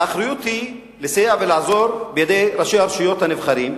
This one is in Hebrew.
האחריות היא לסייע ולעזור לראשי הרשויות הנבחרים,